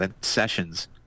Sessions